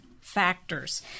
factors